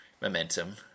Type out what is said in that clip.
momentum